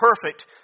perfect